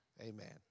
Amen